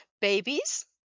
Babies